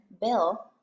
Bill